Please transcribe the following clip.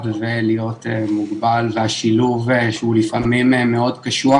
ולהיות מוגבל והשילוב שהוא לפעמים מאוד קשוח,